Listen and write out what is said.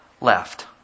left